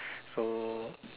so